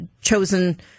chosen